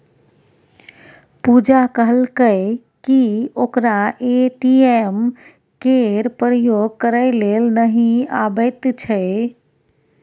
पुजा कहलकै कि ओकरा ए.टी.एम केर प्रयोग करय लेल नहि अबैत छै